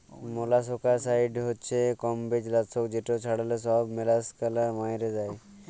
molluscicide হছে কমবজ লাসক যেট ছড়াল্যে ছব মলাসকালা ম্যইরে যায়